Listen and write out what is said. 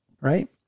right